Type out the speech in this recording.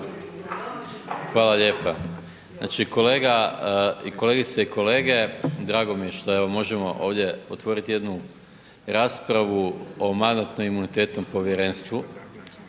Hvala lijepa. Znači kolega i kolegice i kolege, drago mi je što evo možemo ovdje otvoriti jednu raspravu o Mandatno-imunitetnom povjerenstvu